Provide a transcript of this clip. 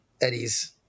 Eddie's